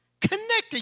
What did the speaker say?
connected